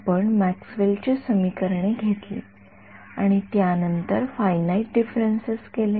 आपण मॅक्सवेल ची समीकरणे घेतली आणि त्यानंतर फायनाईट डीफ्रन्सेस केले